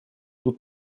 тут